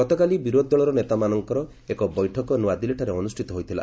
ଗତକାଲି ବିରୋଧୀଦଳର ନେତାମାନଙ୍କର ଏକ ବୈଠକ ନ୍ତଆଦିଲ୍ଲୀଠାରେ ଅନୁଷ୍ଠିତ ହୋଇଥିଲା